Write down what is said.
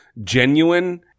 genuine